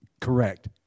Correct